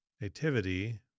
Nativity